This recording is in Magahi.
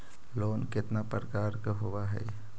लोन केतना प्रकार के होव हइ?